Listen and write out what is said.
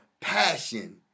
passion